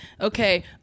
okay